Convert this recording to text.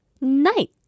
night